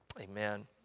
Amen